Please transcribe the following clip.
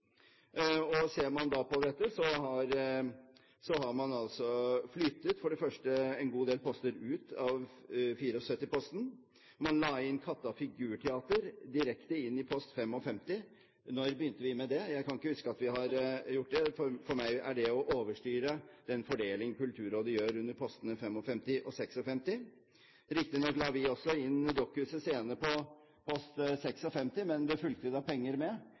Ser man på dette, har man for det første flyttet en god del poster ut av 74-posten. Man la Kattas Figurteater direkte inn i post 55. Når begynte vi med det? Jeg kan ikke huske at vi har gjort det. For meg er det å overstyre den fordeling Kulturrådet gjør under postene 55 og 56. Riktignok la vi også Dokkhuset Scene inn under post 56, men det fulgte da penger med,